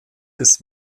des